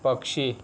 पक्षी